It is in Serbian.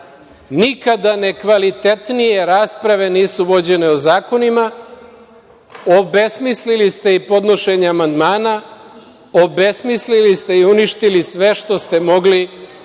Nikada nekvalitetnije rasprave nisu vođene o zakonima. Obesmislili ste i podnošenje amandmana, obesmislili ste i uništili sve što ste mogli da